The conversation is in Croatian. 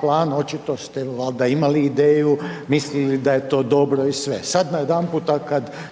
plan, očito ste valjda imali ideju mislili da je to dobro i sve. Sad najedanput kada